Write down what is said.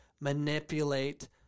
manipulate